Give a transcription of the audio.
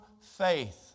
faith